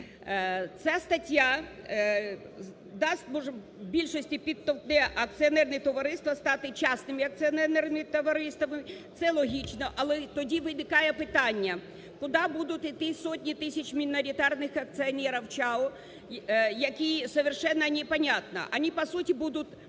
Ця стаття дасть більшості акціонерних товариств стати частными акціонерними товариствами. Це логічно. Але тоді виникає питання, куди будуть йти сотні тисяч міноритарних акціонерів ЧАО, які совершенно непонятно,